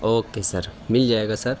okay sir مل جائے گا سر